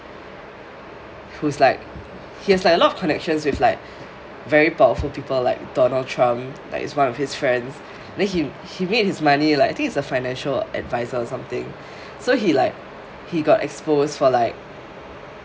who is like he has like a lot of connections with like very powerful people like donald trump like is one of his friends then he he made his money like I think he is a financial advisor or something so he like he got exposed for like